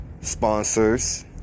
sponsors